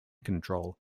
control